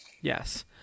Yes